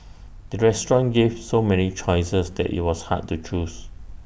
the restaurant gave so many choices that IT was hard to choose